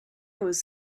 was